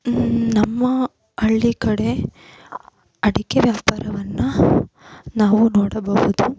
ನಮ್ಮ ಹಳ್ಳಿ ಕಡೆ ಅಡಿಕೆ ವ್ಯಾಪಾರವನ್ನು ನಾವು ನೋಡಬಹುದು